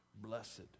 blessed